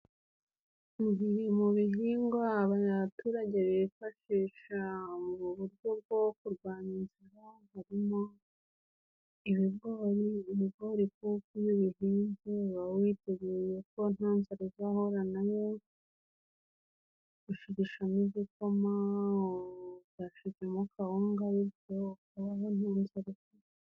Mu bihingwa abaturage bifashisha, mu uburyo bwo kurwanya inzara, harimo ibigorigori. Ibigori koko iyo ubihinze uba witeguye ko nta nzara izahura nayo, gushigishamo igikoma, ugasheshamo kawunga, bityo ukabaho nta nzara.